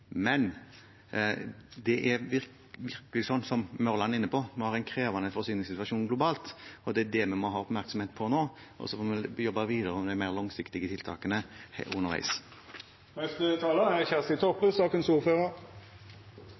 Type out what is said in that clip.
Men det er virkelig sånn, som Mørland var inne på, at vi har en krevende forsyningssituasjon globalt. Det er det vi må ha oppmerksomhet på nå, og så får vi jobbe videre med de mer langsiktige tiltakene underveis. Berre ein kort replikk til slutt til det som statsråden sa: Det er